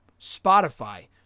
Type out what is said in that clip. Spotify